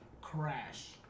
crash